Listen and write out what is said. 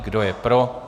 Kdo je pro?